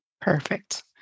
Perfect